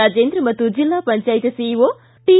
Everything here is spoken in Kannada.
ರಾಜೇಂದ್ರ ಮತ್ತು ಜಿಲ್ಲಾ ಪಂಚಾಯತ್ ಸಿಇಓ ಟಿ